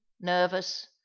nervous